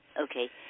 Okay